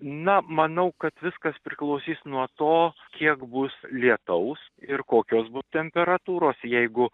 na manau kad viskas priklausys nuo to kiek bus lietaus ir kokios bus temperatūros jeigu